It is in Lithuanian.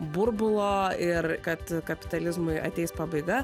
burbulo ir kad kapitalizmui ateis pabaiga